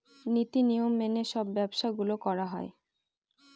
নীতি নিয়ম মেনে সব ব্যবসা গুলো করা হয়